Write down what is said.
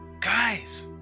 guys